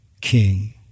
King